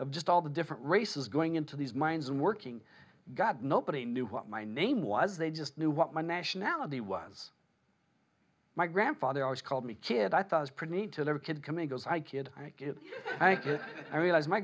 of just all the different races going into these mines and working god nobody knew what my name was they just knew what my nationality was my grandfather always called me kid i thought was pretty neat to their kid coming as i kid i realize my